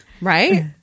right